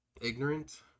ignorant